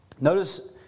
Notice